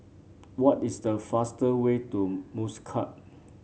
what is the fastest way to Muscat